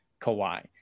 Kawhi